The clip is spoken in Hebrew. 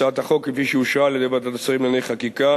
הצעת החוק כפי שאושרה על-ידי ועדת השרים לענייני חקיקה